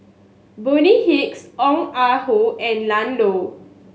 Bonny Hicks Ong Ah Hoi and Ian Loy